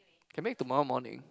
can bake tomorrow morning